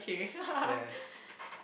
yes